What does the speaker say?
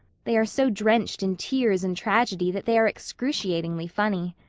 they are so drenched in tears and tragedy that they are excruciatingly funny.